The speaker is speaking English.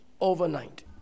overnight